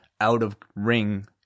out-of-ring